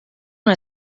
una